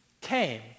came